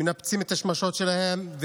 מנפצים את השמשות שלהם.